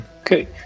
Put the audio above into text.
okay